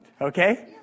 okay